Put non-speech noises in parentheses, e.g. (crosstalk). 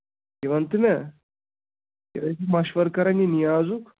یہِ وَن تہٕ مےٚ (unintelligible) مَشوَرٕ کران یہِ نِیاضُک